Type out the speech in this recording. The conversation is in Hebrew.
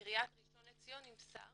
שמעיריית ראשון לציון נמסר